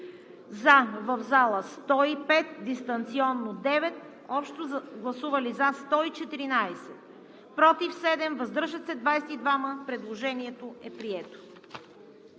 За – в залата 105, дистанционно – 9, общо гласували за – 114, против – 7, въздържали се – 22. Предложението е прието.